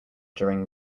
during